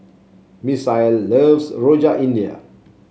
Misael loves Rojak India